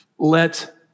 let